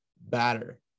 batter